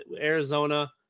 Arizona